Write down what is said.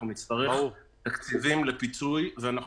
אנחנו נצטרך תקציבים לפיצוי ואנחנו